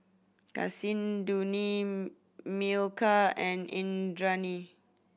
Kasinadhuni Milkha and Indranee